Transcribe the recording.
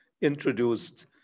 introduced